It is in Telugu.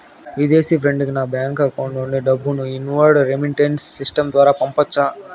విదేశీ ఫ్రెండ్ కి నా బ్యాంకు అకౌంట్ నుండి డబ్బును ఇన్వార్డ్ రెమిట్టెన్స్ సిస్టం ద్వారా పంపొచ్చా?